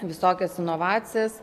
visokias inovacijas